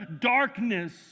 darkness